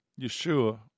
Yeshua